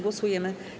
Głosujemy.